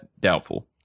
Doubtful